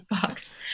fucked